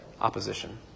opposition